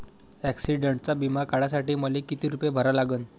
ॲक्सिडंटचा बिमा काढा साठी मले किती रूपे भरा लागन?